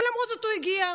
ולמרות זאת הוא הגיע.